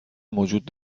موجود